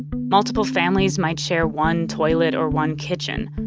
multiple families might share one toilet or one kitchen.